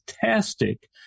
fantastic